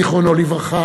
זיכרונו לברכה,